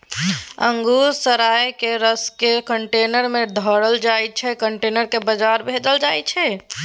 अंगुर सराए केँ रसकेँ कंटेनर मे ढारल जाइ छै कंटेनर केँ बजार भेजल जाइ छै